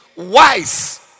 wise